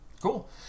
Cool